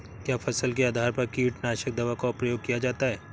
क्या फसल के आधार पर कीटनाशक दवा का प्रयोग किया जाता है?